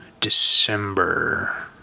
December